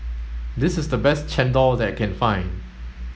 this is the best Chendol that I can find